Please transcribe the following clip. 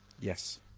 Yes